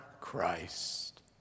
Christ